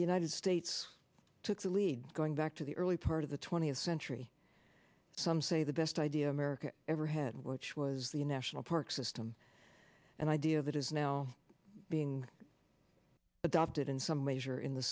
the united states took the lead going back to the early part of the twentieth century some say the best idea america ever had which was the national park system and idea of it is now being adopted in some measure in the